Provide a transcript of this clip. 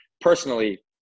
personally